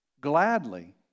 gladly